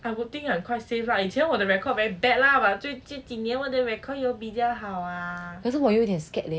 I would think ah i'm quite safe lah 以前我的 record very bad lah but 最近几年我的 record 有比较好 ah 可是我有点 scared eh